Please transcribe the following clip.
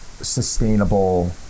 sustainable